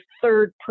third